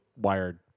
Wired